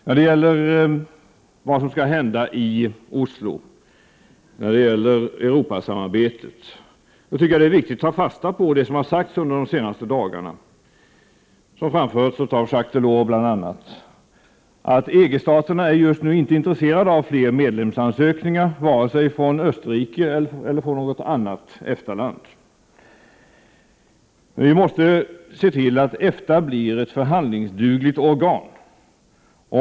När det gäller vad som skall hända i Oslo, när det gäller Europasamarbetet är det viktigt att ta fasta på det som har sagts under de senaste dagarna, bl.a. det som har framförts av Jacques Delors, att EG-staterna just nu inte är intresserade av fler ansökningar om medlemskap från vare sig Österrike eller något annat EFTA-land. Vi måste se till att EFTA blir ett förhandlingsdugligt organ.